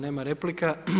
Nema replika.